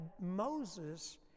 Moses